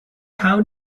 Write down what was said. how